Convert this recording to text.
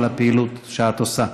על הפעילות שאת עושה.